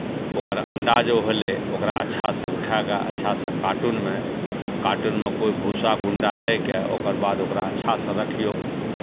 ओकर अण्डा जे होलै ओकरा अच्छासँ उठा कऽ अच्छासँ कार्टुनमे कोइ भूसा गुण्डा दए कऽ ओकर बाद ओकरा अच्छासँ रखियौ